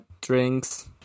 drinks